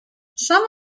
some